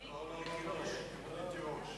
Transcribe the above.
לא, אני הבאה בתור.